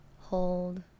hold